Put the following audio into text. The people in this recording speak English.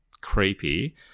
creepy